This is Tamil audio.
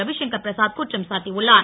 ரவிசங்கர் பிரசாத் குற்றம் சாட்டியுள்ளார்